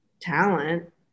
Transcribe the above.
talent